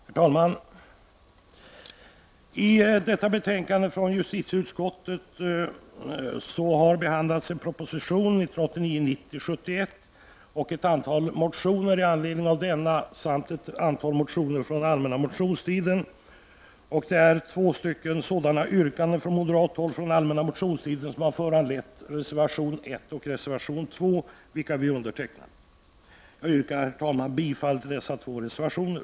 Herr talman! I detta betänkande från justitieutskottet behandlas proposition 1989/90:71, ett antal motioner i anledning av denna samt ett antal motioner från den allmänna motionstiden. Två yrkanden från moderat håll från den allmänna motionstiden har föranlett reservationerna 1 och 3, vilka vi undertecknat. Jag yrkar, herr talman, bifall till dessa två reservationer.